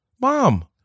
Mom